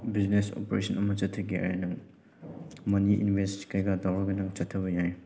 business operation ꯑꯃ ꯆꯠꯊꯒꯦ ꯍꯥꯏꯔꯗꯤ ꯅꯪ ꯃꯅꯤ ꯏꯟꯕꯦꯁ ꯀꯩꯀꯥ ꯇꯧꯔꯒ ꯅꯪ ꯆꯠꯊꯕ ꯌꯥꯏ